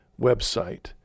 website